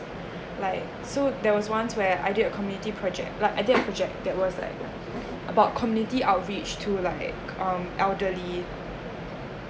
like so there was once where I did a community project like I did a question get that was like about community outreach to like um elderly